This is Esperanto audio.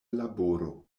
laboro